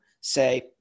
say